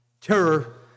terror